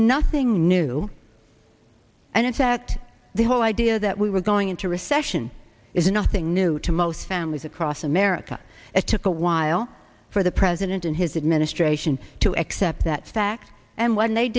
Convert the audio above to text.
nothing new and in fact the whole idea that we were going into recession is nothing new to most families across america it took a while for the president and his administration to accept that fact and when they